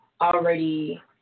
already